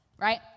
right